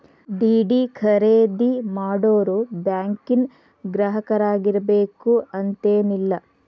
DD ಖರೇದಿ ಮಾಡೋರು ಬ್ಯಾಂಕಿನ್ ಗ್ರಾಹಕರಾಗಿರ್ಬೇಕು ಅಂತೇನಿಲ್ಲ